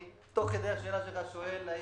תוך כדי השאלה שלך אני שואל מה